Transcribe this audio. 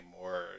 more